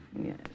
Yes